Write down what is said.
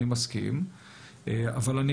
אני מסכים,